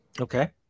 Okay